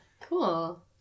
Cool